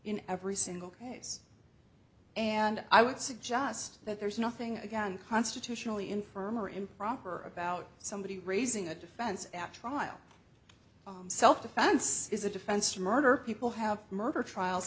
in every single case and i would suggest that there's nothing again constitutionally infirm or improper about somebody raising a defense at trial self defense is a defense to murder people have murder trials